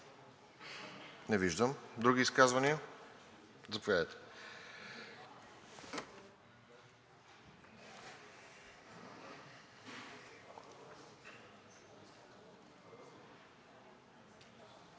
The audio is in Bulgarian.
Не виждам. Други изказвания? Заповядайте.